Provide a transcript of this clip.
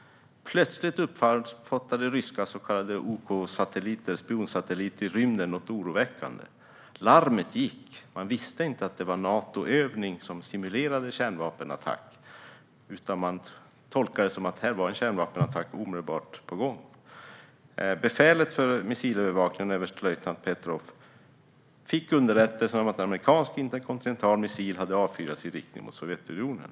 Plötsligt uppfattade ryska så kallade Okosatelliter - spionsatelliter i rymden - något oroväckande. Larmet gick - man visste inte att det rörde sig om en Natoövning som simulerade en kärnvapenattack, utan man tolkade det som att en kärnvapenattack omedelbart var på gång. Befälet för missilövervakningen, överstelöjtnant Petrov, fick underrättelser om att en amerikansk interkontinental missil hade avfyrats i riktning mot Sovjetunionen.